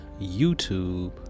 YouTube